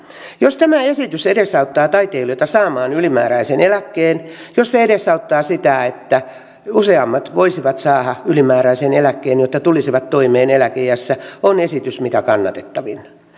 jos tämä esitys edesauttaa taiteilijoita saamaan ylimääräisen eläkkeen ja jos se edesauttaa sitä että useammat voisivat saada ylimääräisen eläkkeen jotta tulisivat toimeen eläkeiässä on esitys mitä kannatettavin